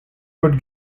could